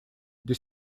где